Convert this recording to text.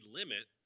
limit